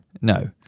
No